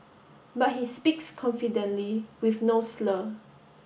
but he speaks confidently with no slur